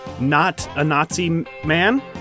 not-a-Nazi-man